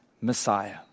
Messiah